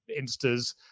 instas